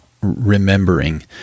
remembering